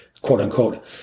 quote-unquote